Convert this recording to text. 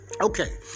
Okay